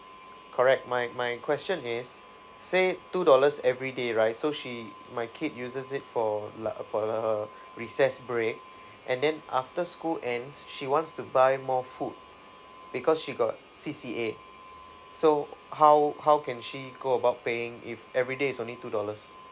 correct my my question is say two dollars everyday right so she my kid uses it for like uh for her recess break and then after school ends she wants to buy more food because she got C_C_A so how how can she go about paying if everyday is only two dollars